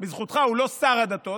בזכותך הוא לא שר הדתות,